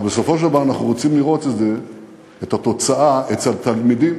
אבל בסופו של דבר אנחנו רוצים לראות את התוצאה אצל התלמידים,